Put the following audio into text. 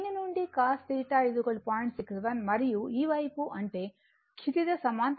61 మరియు ఈ వైపు అంటే క్షితిజ సమాంతర వైపు 50 cos 52